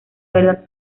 verdad